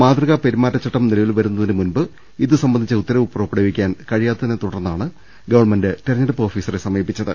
മാതൃകാ പെരുമാറ്റച്ചട്ടം നിലവിൽ വരുന്നതിന് മുൻപ് ഇതുസംബന്ധിച്ച ഉത്തരവ് പുറപ്പെടുവിക്കാൻ കഴിയാത്തതിനെ തുടർന്നാണ് ഗവൺമെന്റ് തെരഞ്ഞെടുപ്പ് ഓഫീസറെ സമീ പിച്ചത്